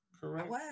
correct